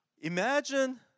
Imagine